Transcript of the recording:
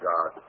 God